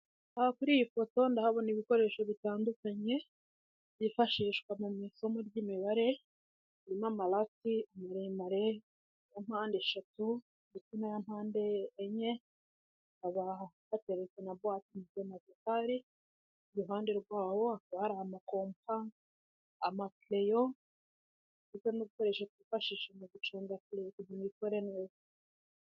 Aha kuri iyi foto ndahabona ibikoresho bitandukanye byifashishwa mu isomo ry'Imibare haririmo amarati maremare na mpande eshatu ndetse n'aya mpande enye, hakaba hateretse na buwate matematikari iruhande rwaho hakaba hari amakompa, amakereyo ndetse n'udukoresho twifashishwa mu guconga kereyo kugira ngo ikore neza.